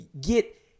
get